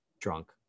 drunk